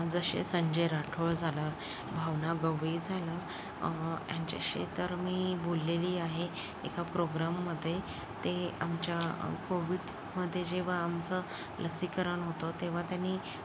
जसे संजय राठोड झालं भावना गवळी झालं यांच्याशी तर मी बोललेली आहे एका प्रोग्राममधे ते आमच्या कोविडमध्ये जेव्हा आमचं लसीकरण होतं तेव्हा त्यांनी